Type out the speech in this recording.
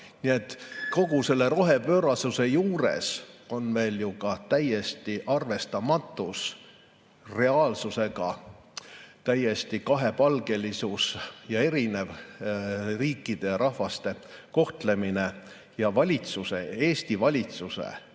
kogu selle rohepöörasuse juures on meil ju ka täiesti arvestamatus reaalsusega, täiesti kahepalgelisus ning erinev riikide ja rahvaste kohtlemine. Valitsuse, Eesti valitsuse kohus